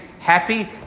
Happy